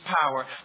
power